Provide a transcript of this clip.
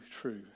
true